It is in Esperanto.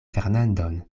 fernandon